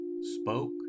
spoke